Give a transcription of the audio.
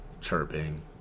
chirping